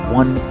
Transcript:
one